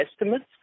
estimates